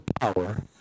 power